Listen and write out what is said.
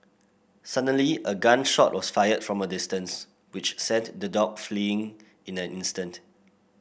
suddenly a gun shot was fired from a distance which sent the dogs fleeing in an instant